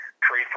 trade